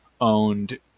owned